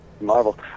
Marvel